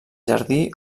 jardí